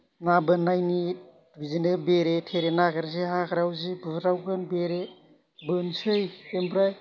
ना बोननायनि बिदिनो बेरे थेरे नागिरनोसै हाग्रायाव जि बुरबावगोन बेरे बोनसै ओमफ्राय